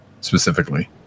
specifically